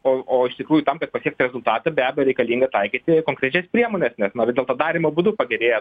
o o iš tikrųjų tam kad pasiektų rezultatą be abejo reikalinga taikyti konkrečias priemones nes na vis dėlto padarymo būdu pagerėjo